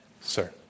Sir